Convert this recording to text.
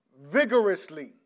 vigorously